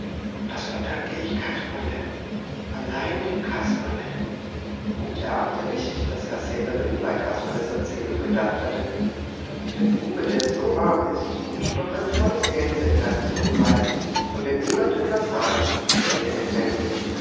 das verdanke ich kasperle allein dem kasperle und er ahnte nicht daß herr severin bei kasperles erzählung gedacht hatte der bube der so arm ist und doch ein volles geldsäcklein zurückweist von dem niemand etwas ahnt der gefällt mir